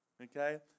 Okay